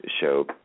show